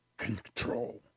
control